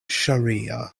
shariah